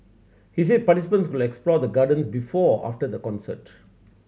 he said participants could explore the Gardens before or after the concert